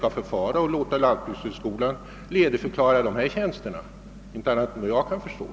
Inte annat än jag kan förstå borde riksdagen härvidlag vara suverän.